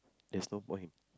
there's no point